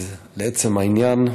אז לעצם העניין,